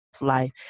life